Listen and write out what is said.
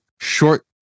short